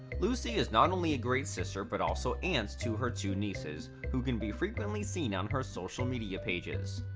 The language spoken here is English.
lucy is not only a great sister but also aunt to her two nieces, who can be frequently seen on her social media pages.